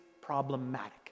problematic